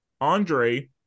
Andre